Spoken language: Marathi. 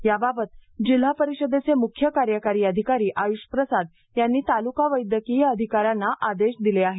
याबाबत जिल्हा परिषदेचे मुख्य कार्यकारी अधिकारी आयुष प्रसाद यांनी तालुका वैद्यकीय अधिकाऱ्यांना आदेश दिले आहे